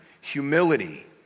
humility